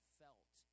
felt